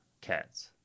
cats